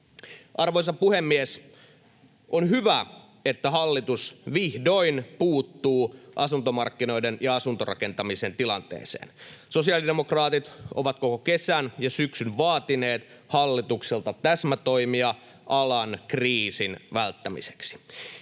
Arvoisa puhemies! On hyvä, että hallitus vihdoin puuttuu asuntomarkkinoiden ja asuntorakentamisen tilanteeseen. Sosiaalidemokraatit ovat koko kesän ja syksyn vaatineet hallitukselta täsmätoimia alan kriisin välttämiseksi.